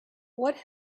what